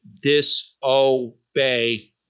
disobey